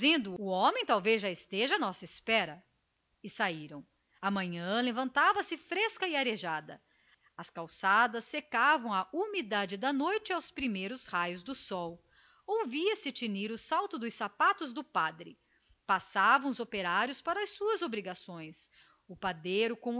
o homem talvez já esteja à nossa espera e saíram a manhã levantava-se bonita as calçadas de cantaria secavam a umidade da noite aos primeiros raios do sol ouviam-se tinir nas pedras os saltos dos sapatos do padre passavam os trabalhadores para as suas obrigações o padeiro